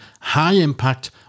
high-impact